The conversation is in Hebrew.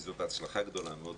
וזאת הצלחה גדולה מאוד,